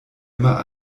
immer